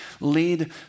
lead